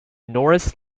norris